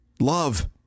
love